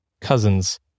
cousins